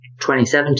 2017